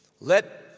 Let